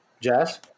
Jazz